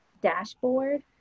dashboard